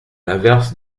l’inverse